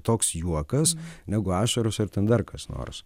toks juokas negu ašaros ar ten dar kas nors